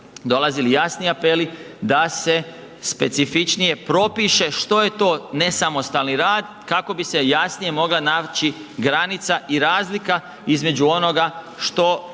dolazili jasni apeli da se specifičnije propiše što je to nesamostalni rad kako bi se jasnije mogla naći granica i razlika između onoga što